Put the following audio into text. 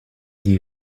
die